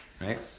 Right